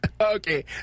Okay